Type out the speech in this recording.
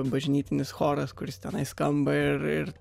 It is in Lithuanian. bažnytinis choras kuris tenai skamba ir ir